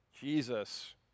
Jesus